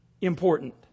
important